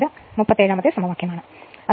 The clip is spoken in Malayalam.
ഇത് സമവാക്യം 37 ആണ്